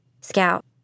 Scout